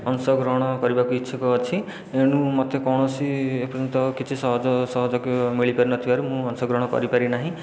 ଅଂଶଗ୍ରହଣ କରିବାକୁ ଇଚ୍ଛୁକ ଅଛି ଏଣୁ ମୋତେ କୌଣସି ଏପର୍ଯ୍ୟନ୍ତ କିଛି ସହଯୋଗ ମିଳିପାରିନଥିବାରୁ ମୁଁ ଅଂଶଗ୍ରହଣ କରିପାରିନାହିଁ